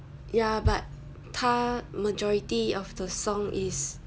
ya but 它 majority of the song is